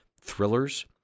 thrillers